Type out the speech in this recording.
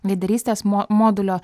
lyderystės mo modulio